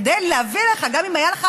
כדי להביא לך, גם אם היה לך